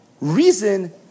reason